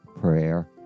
prayer